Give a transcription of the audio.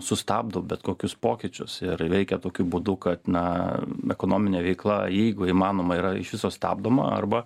sustabdo bet kokius pokyčius ir veikia tokiu būdu kad na ekonomine veikla jeigu įmanoma yra iš viso stabdoma arba